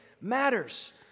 matters